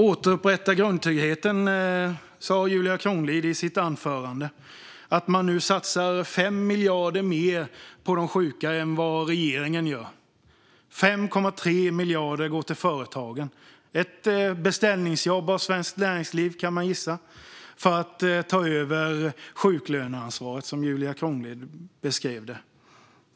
Julia Kronlid talade också i sitt anförande om att återupprätta grundtryggheten och att man nu satsar 5 miljarder mer på de sjuka än vad regeringen gör. 5,3 miljarder går till företagen - ett beställningsjobb från Svenskt Näringsliv, kan man gissa - för att ta över sjuklöneansvaret, som Julia Kronlid beskrev det.